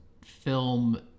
film